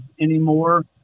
anymore